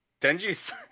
Denji's